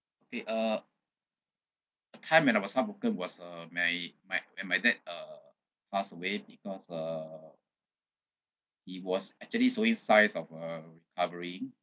okay uh time when I was heartbroken was uh my my when my dad passed away because uh he was actually showing signs of uh recovery